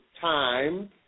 Time